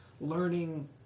learning